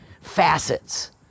facets